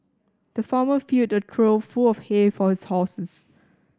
the farmer filled a trough full of hay for his horses